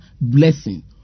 blessing